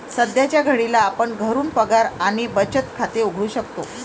सध्याच्या घडीला आपण घरून पगार आणि बचत खाते उघडू शकतो